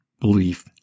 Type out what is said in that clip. belief